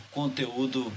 conteúdo